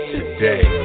Today